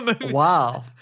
Wow